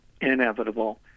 inevitable